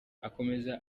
akomeza